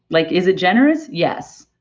like is it generous? yes.